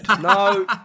No